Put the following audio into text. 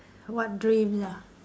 what dreams ah